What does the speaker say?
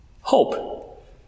hope